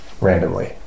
randomly